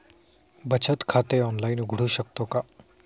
बचत खाते ऑनलाइन उघडू शकतो का?